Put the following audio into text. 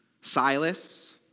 Silas